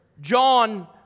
John